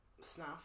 Snuff